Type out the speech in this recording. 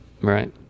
Right